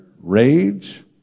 rage